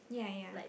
ya ya